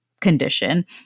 condition